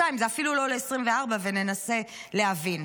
2022, זה אפילו לא לשנת 2024, וננסה להבין.